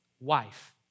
wife